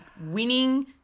winning